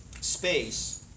space